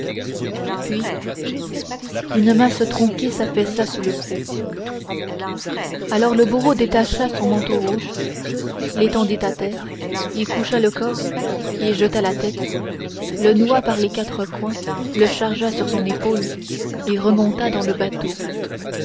puis une masse tronquée s'affaissa sous le coup alors le bourreau détacha son manteau rouge l'étendit à terre y coucha le corps y jeta la tête le noua par les quatre coins le chargea sur son épaule et remonta dans le bateau